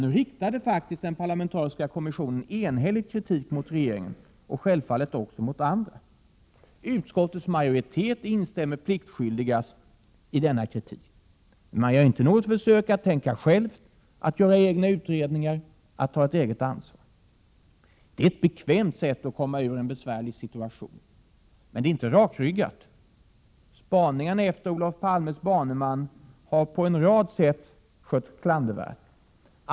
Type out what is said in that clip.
Nu riktade faktiskt den parlamentariska kommissionen enhälligt kritik mot regeringen och självfallet också mot andra. Utskottets majoritet instämmer pliktskyldigast i denna kritik. Men man gör inte något försök att tänka själv, att göra egna utredningar, att ta ett eget ansvar. Det är ett bekvämt sätt att komma ur en besvärlig situation. Men det är inte rakryggat. Spaningarna efter Olof Palmes baneman har på en rad sätt skötts klandervärt.